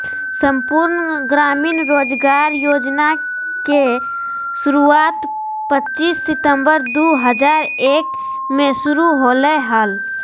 संपूर्ण ग्रामीण रोजगार योजना के शुरुआत पच्चीस सितंबर दु हज़ार एक मे शुरू होलय हल